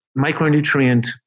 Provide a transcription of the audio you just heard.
micronutrient